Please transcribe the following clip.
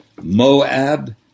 Moab